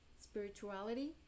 Spirituality